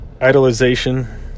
idolization